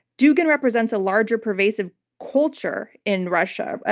dugin represents a larger pervasive culture in russia.